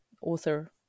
author